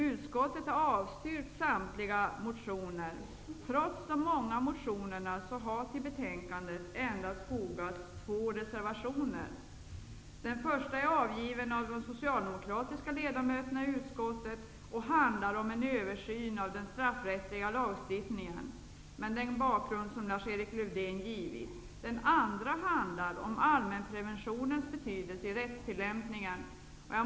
Utskottet har avstyrkt samtliga motioner. Trots de många motionerna har till betänkandet endast fogats två reservationer. Den första reservationen är avgiven av de socialdemokratiska ledamöterna i utskottet, och den handlar om en översyn av den straffrättsliga lagstiftningen, med den bakgrund som Lars-Erik Lövdén just givit. Den andra handlar om allmänpreventionens betydelse i rättstillämpningen.